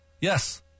Yes